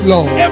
Lord